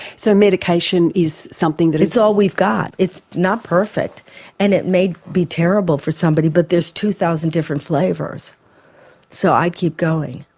so medication is something that is. it's all we've got, it's not perfect and it may be terrible for somebody but there's two thousand different flavours so i'd keep going.